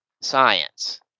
Science